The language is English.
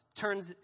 turns